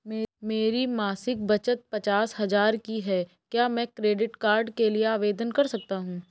मेरी मासिक बचत पचास हजार की है क्या मैं क्रेडिट कार्ड के लिए आवेदन कर सकता हूँ?